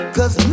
Cause